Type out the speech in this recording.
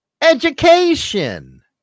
Education